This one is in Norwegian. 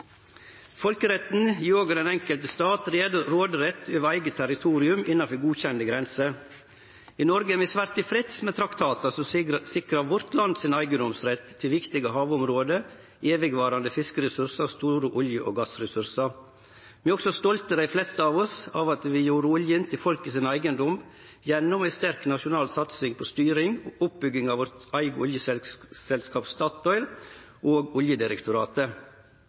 Folkeretten gjev også den enkelte staten råderett over eige territorium innanfor godkjende grenser. I Noreg er vi svært tilfredse med traktatar som sikrar landet vårt eigedomsrett til viktige havområde, evigvarande fiskeressursar og store olje- og gassressursar. Dei fleste av oss er òg stolte over at vi gjorde oljen til folket sin eigedom gjennom ei sterk nasjonal satsing på styring og oppbygging av vårt eige oljeselskap Statoil og Oljedirektoratet.